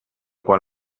quan